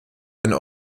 eine